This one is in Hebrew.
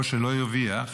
או שלא הרוויח,